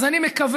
אז אני מקווה,